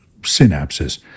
synapses